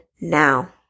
now